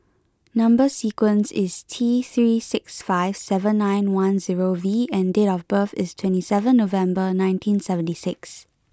number sequence is T three six five seven nine one zero V and date of birth is twenty seven November nineteen seventy six